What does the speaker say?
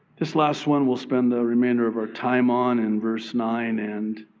this last one we'll spend the remainder of our time on in verse nine. and,